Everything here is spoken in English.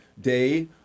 day